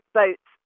boats